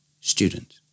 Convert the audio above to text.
Student